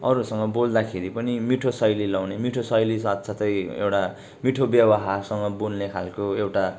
अरूसँग बोल्दाखेरि पनि मिठो शैली लाउने मिठो शैली साथसाथै एउटा मिठो व्यवहारसँग बोल्ने खालको एउटा